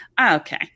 okay